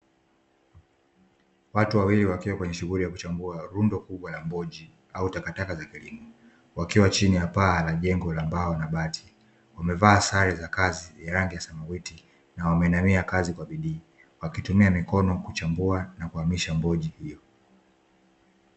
Watu wawili wakiwa kwenye shughuli ya kuchambua rundo kubwa la mboji au takataka za kilimo wakiwa chini ya paa la jengo la mbao na bati, wamevaa sare za kazi zenye rangi ya samawati na wameinamia kazi kwa bidii wakitumia mikono kuchambua na kuhamisha mboji hiyo.